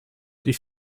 die